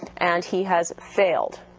and he has failed.